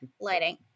lighting